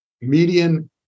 median